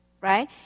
right